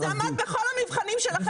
זה עמד בכל המבחנים שלכם.